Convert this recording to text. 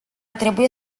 trebuie